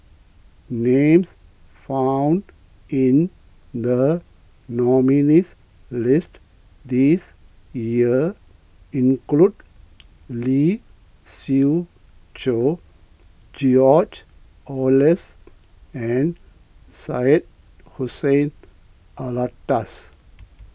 names found in the nominees' list this year include Lee Siew Choh George Oehlers and Syed Hussein Alatas